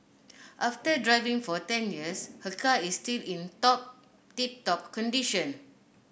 after driving for ten years her car is still in top tip top condition